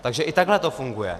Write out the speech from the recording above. Takže i takhle to funguje.